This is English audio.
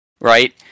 right